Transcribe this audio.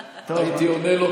לא הייתי שואל שום שאלה.